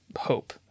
hope